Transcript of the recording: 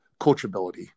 coachability